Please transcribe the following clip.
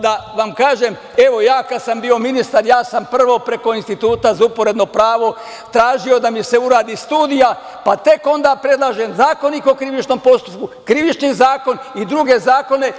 Da vam kažem, evo ja kad sam bio ministar, ja sam prvo preko Instituta za uporedno pravo tražio da mi se uradi studija, pa tek onda predlažem Zakonik o krivičnom postupku, Krivični zakon i druge zakone.